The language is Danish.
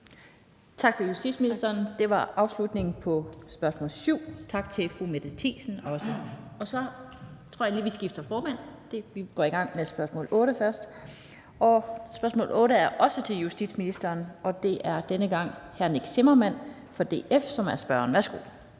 Tak til justitsministeren. Det var afslutningen på spørgsmål 7. Tak til fru Mette Thiesen. Så tror jeg lige, vi skifter formand. Vi går i gang med spørgsmål 8 først, og spørgsmål 8 er også til justitsministeren, og det er denne gang hr. Nick Zimmermann fra DF, som er spørgeren. Kl.